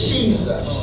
Jesus